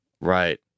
Right